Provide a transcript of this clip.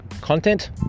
content